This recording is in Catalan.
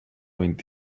vint